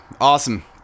Awesome